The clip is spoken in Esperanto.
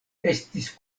estis